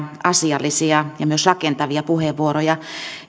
asiallisia ja myös rakentavia puheenvuoroja